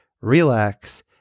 relax